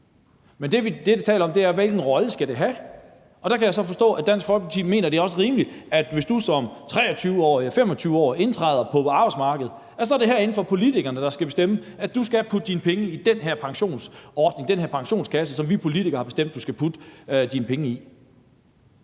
Men det, vi taler om, er, hvilken rolle ATP skal spille, og der kan jeg så forstå, at Dansk Folkeparti mener, at det er rimeligt, at hvis du som 23-årig eller 25-årig indtræder på arbejdsmarkedet, så er det politikerne herinde, der skal bestemme, at du skal putte dine penge i den her pensionsordning, i den her pensionskasse, som vi politikere har bestemt du skal putte dine penge i.